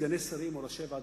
סגני שרים או ראשי ועדות.